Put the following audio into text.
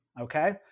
okay